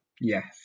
Yes